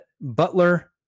Butler